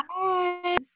Bye